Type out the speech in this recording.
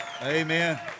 Amen